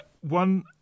one